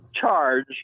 charge